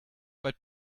but